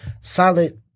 solid